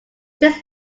this